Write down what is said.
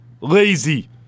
Lazy